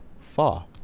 far